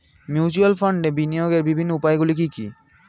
Mutual ফান্ডে বিনিয়োগের বিভিন্ন উপায়গুলি কি কি?